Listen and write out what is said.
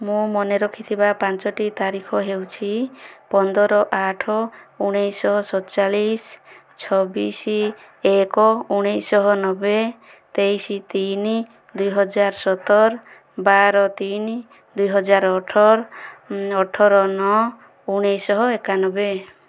ମୁଁ ମନେ ରଖିଥିବା ପାଞ୍ଚୋଟି ତାରିଖ ହେଉଛି ପନ୍ଦର ଆଠ ଉଣେଇଶ ଶହ ସତଚାଲିଶ ଛବିଶ ଏକ ଉଣେଇଶଶହ ନବେ ତେଇଶ ତିନି ଦୁଇହଜାର ସତର ବାର ତିନି ଦୁଇହଜାର ଅଠର ଅଠର ନଅ ଉଣେଇଶ ଶହ ଏକାନବେ